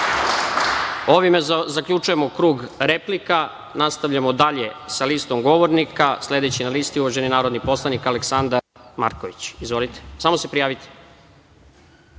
zaključujemo krug replika, nastavljamo dalje sa listom govornika. Sledeći na listi je uvaženi narodni poslanik Aleksandar Marković. Izvolite. **Aleksandar